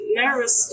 nervous